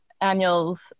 annuals